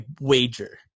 wager